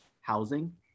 housing